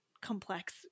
complex